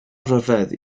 ryfedd